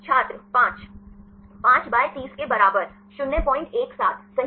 छात्र 5 5 बाय 30 के बराबर 017 सही